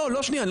לא, לא שנייה.